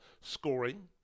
scoring